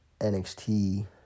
NXT